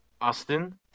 austin